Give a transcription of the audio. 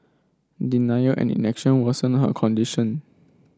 denial and inaction worsened her condition